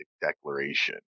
declaration